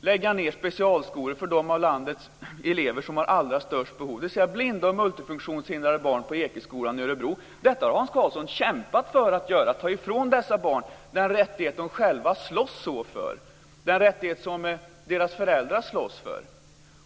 lägga ned specialskolor för de av landets elever som har allra störst behov, dvs. blinda och multifunktionshindrade barn på Ekeskolan i Örebro. Hans Karlsson har kämpat för att ta ifrån dessa barn den rättighet de själva och deras föräldrar slåss så för.